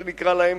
איך שנקרא להם,